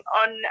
on